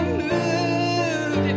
move